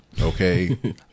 okay